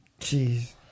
jeez